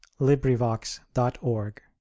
librivox.org